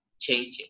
changing